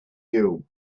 you